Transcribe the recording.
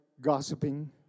gossiping